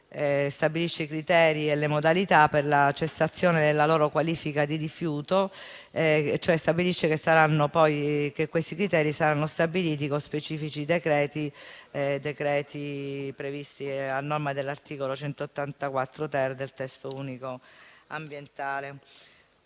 stabilendo i criteri e le modalità per la cessazione della loro qualifica di rifiuto. Tale misura dispone che i criteri saranno stabiliti con specifici decreti previsti a norma dell'articolo 184-*ter* del testo unico ambientale.